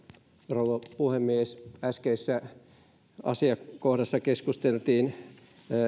rouva puhemies äskeisessä asiakohdassa keskusteltiin